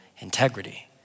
integrity